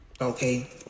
Okay